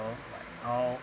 but now